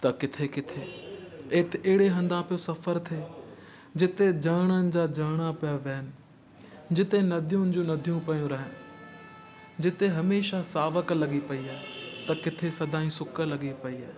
त किथे किथे एत अहिड़े हंधा पियो सफ़र थिए जिते झरिणनि जा झरिणा पिया वियनि जिते नदियुनि जूं नदियूं पियूं रहनि जिते हमेशा सावक लॻी पई आहे त किथे सदाईं सुक लॻी पई आहे